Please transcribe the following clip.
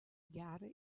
gerą